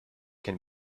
can